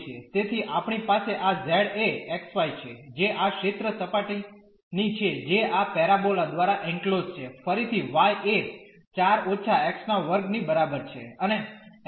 તેથી આપણી પાસે આ z એ x y છે જે આ ક્ષેત્ર સપાટીની છે જે આ પેરાબોલા દ્વારા એંક્લોઝ્ડ છે ફરીથી y એ 4 − x2 ની બરાબર છે અને x બરાબર 1 અને x બરાબર 2 છે